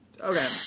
okay